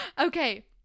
Okay